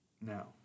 Now